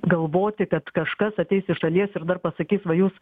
galvoti kad kažkas ateis iš šalies ir dar pasakys va jūs